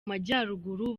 majyaruguru